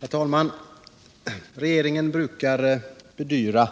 Herr talman! Regeringen brukar bedyra